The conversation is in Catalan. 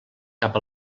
cap